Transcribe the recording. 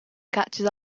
catches